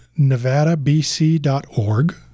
NevadaBC.org